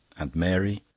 and mary,